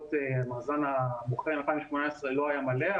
מדוחות מאזן הבוחן מ-2018 לא היה מלא,